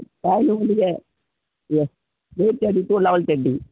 காதில் உழுது A eight thirty two level thirty